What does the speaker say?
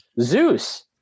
Zeus